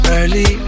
Early